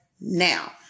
now